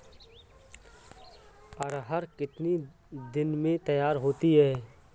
अरहर कितनी दिन में तैयार होती है?